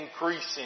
increasing